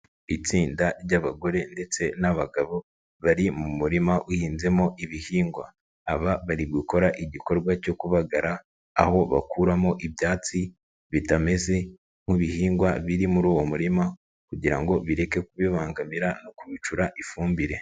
Itsinda ry'abagore ndetse n'abagabo, bari mu murima uhinzemo ibihingwa. Aba bari gukora igikorwa cyo kubagara, aho bakuramo ibyatsi bitameze nk'ibihingwa biri muri uwo murima kugira ngo bireke kubibangamira no kubicura ifumbire.